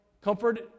comfort